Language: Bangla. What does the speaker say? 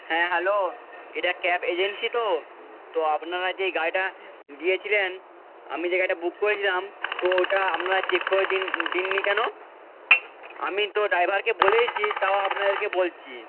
হ্যাঁ হ্যালো এটা ক্যাব এজেন্সি তো তো আপনারা যে গাড়িটা দিয়েছিলেন আমি যে গাড়িটা বুক করেছিলাম তো ওটা আপনারা চেক করে দিন দেননি কেন আমি তো ড্রাইভারকে বলেইছি তাও আপনাদেরকে বলছি